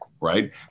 right